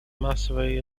массовой